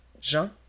Jean